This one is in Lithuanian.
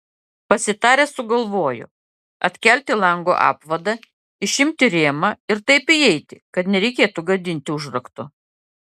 pasitarę sugalvojo atkelti lango apvadą išimti rėmą ir taip įeiti kad nereikėtų gadinti užrakto